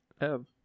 Ev